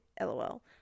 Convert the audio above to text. LOL